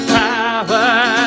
power